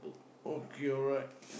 okay alright